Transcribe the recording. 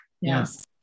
Yes